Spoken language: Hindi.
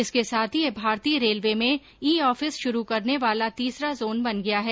इसके साथ ही यह भारतीय रेलवे में ई ऑफिस शुरू करने वाला तीसरा जोन बन गया है